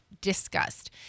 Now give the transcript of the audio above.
discussed